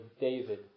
David